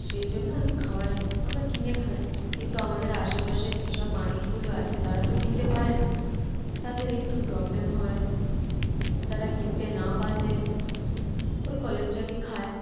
সেই জন্য আমি খাওয়াইনি আমরা কিনে খাই কিন্তু আমাদের আশেপাশে যে সব মানুষগুলো আছে তারা তো কিনতে পারে না তাদের একটু প্রবলেম হয় তারা কিনতে না পারলে ওই কলের জলই খায়